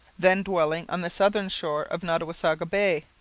then dwelling on the southern shore of nottawasaga bay,